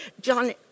John